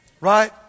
right